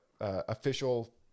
official